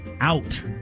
out